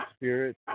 spirit